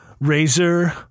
razor